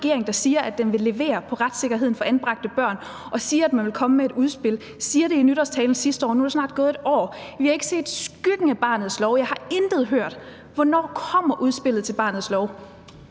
der siger, at den vil levere på retssikkerheden for anbragte børn, og siger, at man vil komme med et udspil, og sagde det i nytårstalen sidste år. Nu er der snart gået et år. Vi har ikke set skyggen af barnets lov. Jeg har intet hørt. Hvornår kommer udspillet til barnets lov?